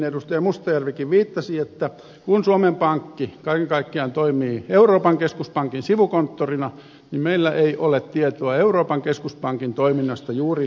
mustajärvikin viittasi että kun suomen pankki kaiken kaikkiaan toimii euroopan keskuspankin sivukonttorina niin meillä ei ole tietoa euroopan keskuspankin toiminnasta juuri lainkaan